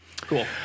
Cool